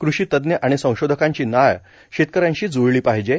कृषी तज्ज्ञ आणि संशोधकांची नाळ शेतकऱ्यांशी जुळली पाहिजे